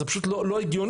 זה פשוט לא הגיוני.